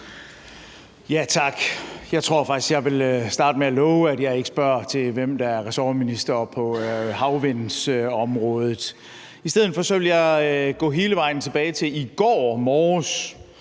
Tak. Jeg tror faktisk, jeg vil starte med at love, at jeg ikke spørger til, hvem der er ressortminister på havvindenergiområdet. I stedet for vil jeg gå hele vejen tilbage til i går morges,